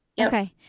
Okay